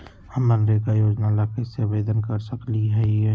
हम मनरेगा योजना ला कैसे आवेदन कर सकली हई?